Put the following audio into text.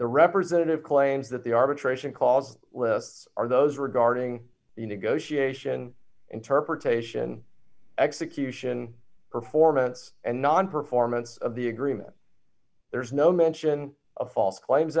the representative claims that the arbitration clause with are those regarding the negotiation interpretation execution performance and non performance of the agreement there is no mention of false claims